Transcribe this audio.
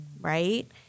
right